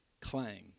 clang